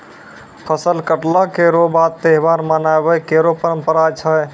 फसल कटला केरो बाद त्योहार मनाबय केरो परंपरा छै